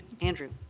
andrew